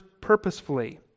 purposefully